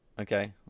Okay